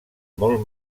molt